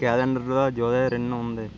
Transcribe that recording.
క్యాలెండర్లో జూలై రెండున ఉంది